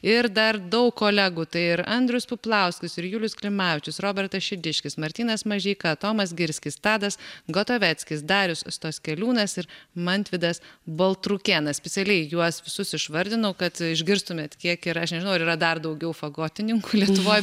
ir dar daug kolegų tai ir andrius puplauskis ir julius klimavičius robertas šidiškis martynas mažeika tomas girskis tadas gotaveckis darius stoskeliūnas ir mantvydas baltrukėnas specialiai juos visus išvardinau kad išgirstumėt kiek ir aš nežinau ar yra dar daugiau fagotininkų lietuvoj